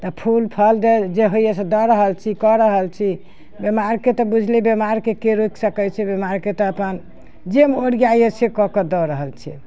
तऽ फूल फल दे जे होइए से दऽ रहल छी कऽ रहल छी बीमारके तऽ बुझले बीमारके के रोकि सकै छै बीमारके तऽ अपन जे ओरियाइए से कऽ कऽ दऽ रहल छियै